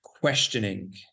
questioning